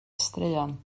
straeon